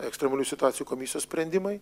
ekstremalių situacijų komisijos sprendimai